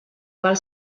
val